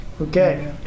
Okay